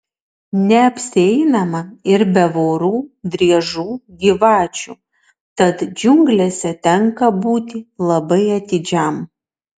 neapsieinama ir be vorų driežų gyvačių tad džiunglėse tenka būti labai atidžiam